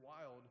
wild